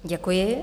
Děkuji.